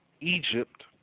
Egypt